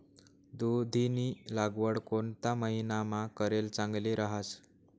दुधीनी लागवड कोणता महिनामा करेल चांगली रहास